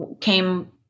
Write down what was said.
came